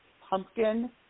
pumpkin